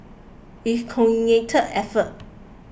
it's a coordinated effort